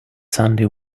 sandy